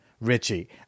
Richie